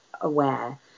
aware